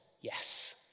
yes